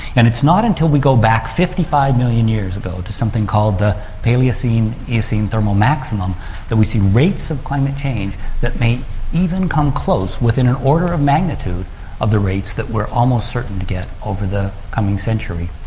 and it's not until we go back fifty five million years ago to something called the palaeocene-eocene thermal maximum that we see rates of climate change that may even come close within an order of magnitude of the rates that we're almost certain to get over the coming century.